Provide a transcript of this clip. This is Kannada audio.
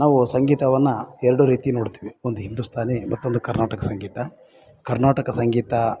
ನಾವು ಸಂಗೀತವನ್ನು ಎರಡು ರೀತಿ ನೋಡ್ತೀವಿ ಒಂದು ಹಿಂದೂಸ್ತಾನಿ ಮತ್ತೊಂದು ಕರ್ನಾಟಕ ಸಂಗೀತ ಕರ್ನಾಟಕ ಸಂಗೀತ